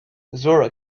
zora